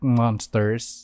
monsters